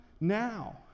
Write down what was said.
now